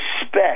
respect